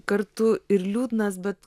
kartu ir liūdnas bet